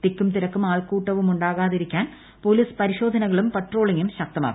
തിക്കുംതിരക്കും ആൾക്കൂട്ടവും ഉാകാതിരിക്കാൻ പോലീസ് പരിശോധനകളും പട്രോളിങും ശക്തമാക്കും